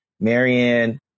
Marianne